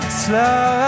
slow